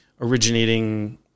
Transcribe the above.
originating